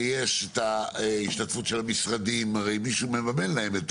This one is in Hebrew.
ויש את השתתפות המשרדים, הרי מישהו מממן להם את